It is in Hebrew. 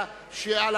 הממשלה על